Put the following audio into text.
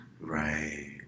Right